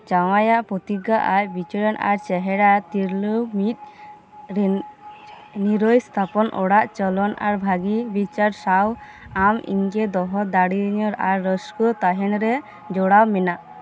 ᱡᱟᱶᱟᱭᱟᱜ ᱯᱚᱛᱤᱜᱟ ᱟᱭ ᱵᱤᱪᱟᱹᱨᱟᱱ ᱟᱨ ᱪᱮᱦᱮᱨᱟ ᱛᱤᱨᱞᱟᱹ ᱢᱤᱫ ᱱᱤᱨᱟᱹᱭ ᱥᱛᱷᱟᱯᱚᱱ ᱚᱲᱟᱜ ᱪᱚᱞᱚᱱ ᱟᱨ ᱵᱷᱟᱜᱤ ᱵᱤᱪᱟᱹᱨ ᱥᱟᱶ ᱟᱢ ᱤᱧᱜᱮ ᱫᱚᱦᱚ ᱫᱟᱲᱮ ᱟᱹᱧᱟᱹ ᱟᱨ ᱨᱟᱹᱥᱠᱟᱹ ᱛᱟᱦᱮᱱ ᱨᱮ ᱡᱚᱲᱟᱣ ᱢᱮᱱᱟᱜ